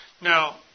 Now